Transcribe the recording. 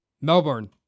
Melbourne